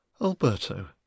Alberto